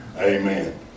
Amen